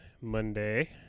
Monday